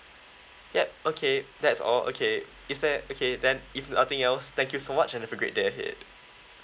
yup okay that's all okay is that okay then if nothing else thank you so much and have a great day ahead